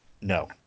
No